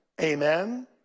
Amen